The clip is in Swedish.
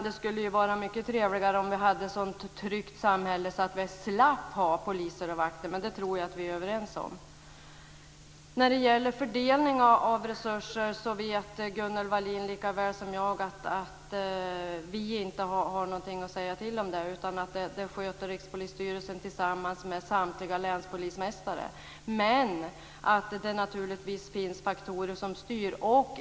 Det skulle vara mycket trevligare om vi hade ett så tryggt samhälle så att vi slapp ha poliser och vakter. Jag tror att vi är överens om det. Gunnel Wallin vet likaväl som jag att vi inte har någonting att säga till om fördelningen av resurser. Det sköter Rikspolisstyrelsen tillsammans med samtliga länspolismästare. Det finns naturligtvis faktorer som styr.